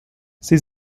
sie